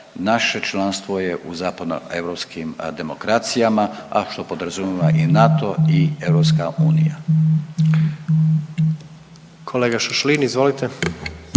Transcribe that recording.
naše članstvo je u zapadnoeuropskim demokracijama, a što podrazumijeva i NATO i EU. **Jandroković, Gordan (HDZ)** Kolega Šašlin, izvolite.